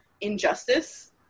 Injustice